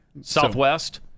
Southwest